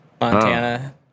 Montana